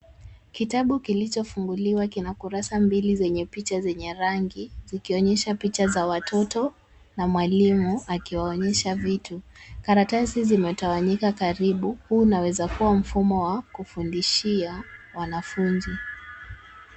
Kitabu kilichofunguliwa kina kurasa mbili zenye picha zenye rangi, zikionyesha picha za watoto, na mwalimu akiwaonyesha vitu. Karatasi zimetawanyika karibu, huu unaweza kuwa mfumo wa kufundishia wanafunzi.